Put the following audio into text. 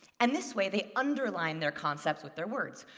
and this way, they underline their concepts with their words.